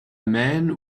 man